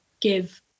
give